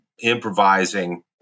improvising